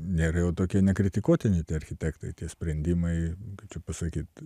nėra jau tokie nekritikuotini architektai tie sprendimai kaip čia pasakyt